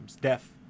death